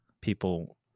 people